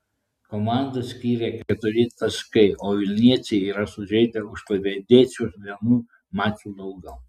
komandas skiria keturi taškai o vilniečiai yra sužaidę už klaipėdiečius vienu maču daugiau